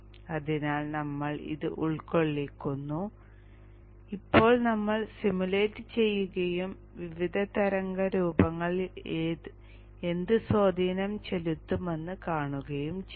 അതിനാൽ നമ്മൾ ഇത് ഉൾക്കൊള്ളിക്കുന്നു ഇപ്പോൾ നമ്മൾ സിമുലേറ്റ് ചെയ്യുകയും വിവിധ തരംഗ രൂപങ്ങളിൽ എന്ത് സ്വാധീനം ചെലുത്തുമെന്ന് കാണുകയും ചെയ്യുന്നു